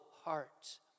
heart